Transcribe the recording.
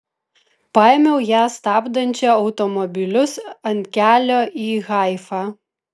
paėmiau ją stabdančią automobilius ant kelio į haifą